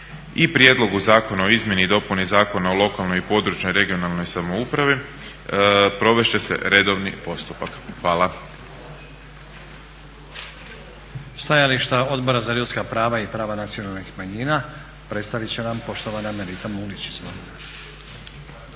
i Prijedlog zakona o izmjeni i dopuni Zakona o lokalnoj i područnoj (regionalnoj) samoupravi provest će se redovni postupak". Hvala.